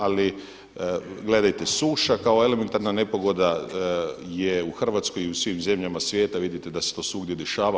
Ali gledajte suša kao elementarna nepogoda je u Hrvatskoj i u svim zemljama svijeta, vidite da se to svugdje dešava.